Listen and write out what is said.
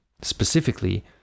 Specifically